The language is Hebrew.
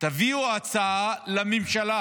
תביאו הצעה לממשלה